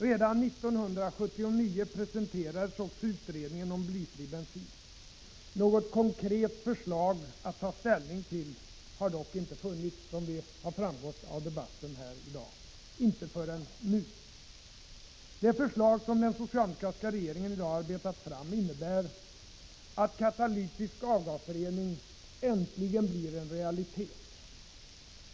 Redan 1979 presenterades också utredningen om blyfri bensin. Något konkret förslag att ta ställning till har dock inte funnits, som framgått av debatten här i dag —- inte förrän nu. De förslag som den socialdemokratiska regeringen nu arbetat fram innebär att katalytisk avgasrening äntligen blir en realitet.